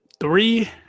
Three